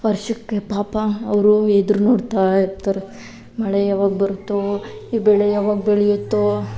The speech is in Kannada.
ವರ್ಷಕ್ಕೆ ಪಾಪ ಅವರು ಎದ್ರು ನೋಡ್ತಾಯಿರ್ತಾರೆ ಮಳೆ ಯಾವಾಗ ಬರುತ್ತೋ ಈ ಬೆಳೆ ಯಾವಾಗ ಬೆಳೆಯುತ್ತೋ